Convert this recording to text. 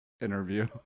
interview